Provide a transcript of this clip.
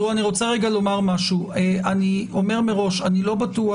אני רוצה לומר משהו: אני אומר מראש אני לא בטוח